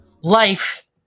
Life